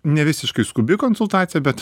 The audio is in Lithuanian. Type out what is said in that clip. ne visiškai skubi konsultacija bet